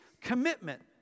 commitment